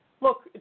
look